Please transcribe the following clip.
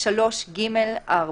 (3)(ג)(2).